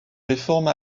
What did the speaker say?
réforme